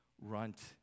runt